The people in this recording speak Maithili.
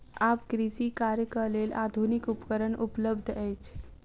आब कृषि कार्यक लेल आधुनिक उपकरण उपलब्ध अछि